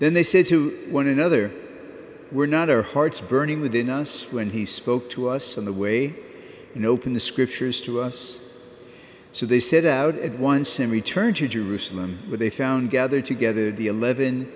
then they said to one another were not our hearts burning within us when he spoke to us on the way and open the scriptures to us so they set out at once and returned to jerusalem where they found gathered together the eleven